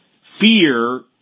fear